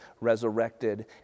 resurrected